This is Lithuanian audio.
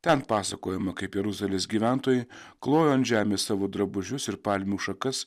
ten pasakojama kaip jeruzalės gyventojai klojo ant žemės savo drabužius ir palmių šakas